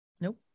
Nope